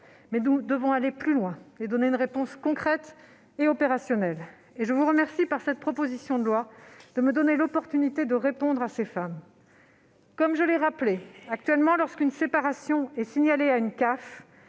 Mais nous devons aller plus loin et donner une réponse concrète et opérationnelle. Et je remercie les auteurs de la présente proposition de loi de me donner l'occasion de répondre à ces femmes. Comme je l'ai rappelé, actuellement, lorsqu'une séparation est signalée à une